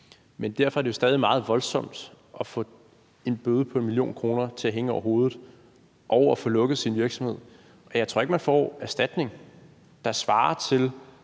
Men derfor er det stadig meget voldsomt at have en bøde på 1 mio. kr. hængende over hovedet og at få lukket sin virksomhed. Jeg tror ikke, at man får en erstatning, der svarer til